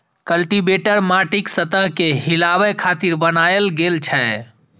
cultivator माटिक सतह कें हिलाबै खातिर बनाएल गेल छै